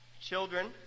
children